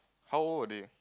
how old are they